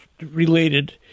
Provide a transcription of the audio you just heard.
related